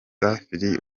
lee